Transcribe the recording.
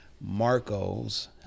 marcos